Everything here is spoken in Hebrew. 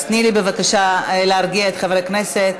אז תני לי בבקשה להרגיע את חברי הכנסת.